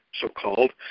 so-called